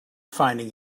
finding